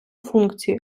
функції